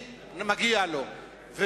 למי שמגיע לו,